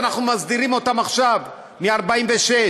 אנחנו מסדירים אותן עכשיו מ-1946,